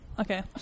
Okay